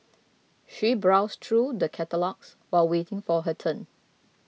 she browsed through the catalogues while waiting for her turn